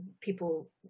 people